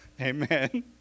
Amen